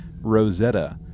Rosetta